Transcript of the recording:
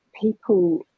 people